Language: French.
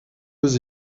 deux